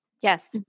Yes